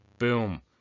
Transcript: Boom